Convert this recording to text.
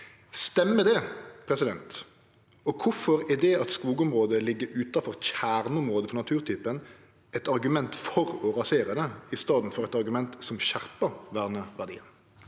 Stemmer det, og kvifor er det at skogområdet ligg utanfor kjerneområdet for naturtypen, eit argument for å rasere det, i staden for eit argument som skjerpar verneverdien?»